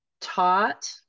taught